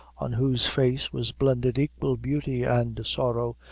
on whose face was blended equal beauty and sorrow,